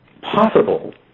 possible